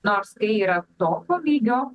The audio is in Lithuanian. nors tai yra tokio lygio